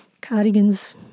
cardigans